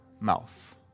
mouth